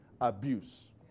abuse